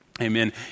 amen